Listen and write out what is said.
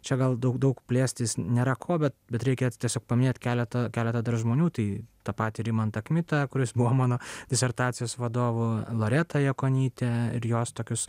čia gal daug daug plėstis nėra ko bet bet reikia tiesiog paminėti keletą keletą dar žmonių tai ta patį rimantą kmitą kuris buvo mano disertacijos vadovu loretą jakonytę ir jos tokius